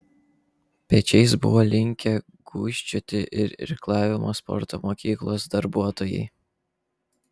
pečiais buvo linkę gūžčioti ir irklavimo sporto mokyklos darbuotojai